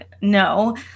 No